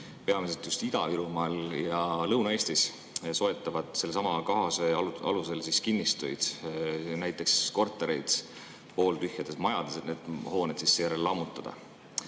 peamiselt just Ida-Virumaal ja Lõuna-Eestis, soetavad sellesama KAHOS‑e alusel kinnistuid, näiteks kortereid pooltühjades majades, et need hooned seejärel lammutada.